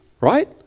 right